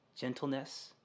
gentleness